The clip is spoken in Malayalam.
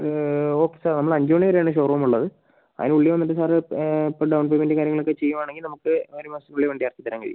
ഓക്കെ സാർ നമ്മൾ അഞ്ച് മണി വെരെ ആണ് ഷോറൂം ഉള്ളത് അതിനുള്ളിൽ വന്നിട്ട് സാറ് ഇപ്പം ഡൗൺ പേയ്മെൻറ്റും കാര്യങ്ങൾ ഒക്കെ ചെയ്യുവാണെങ്കിൽ നമുക്ക് ഒരു മാസത്തിനുള്ളിൽ വണ്ടി ഇറക്കി തരാൻ കഴിയും